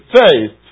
faith